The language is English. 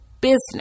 business